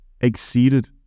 exceeded